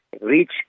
reach